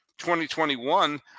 2021